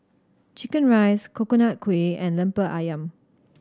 Chicken Rice Coconut Kuih and Lemper Ayam